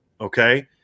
Okay